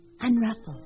unruffled